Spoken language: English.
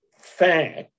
fact